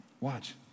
Watch